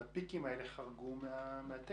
הפיקים האלה חרגו מהתקן.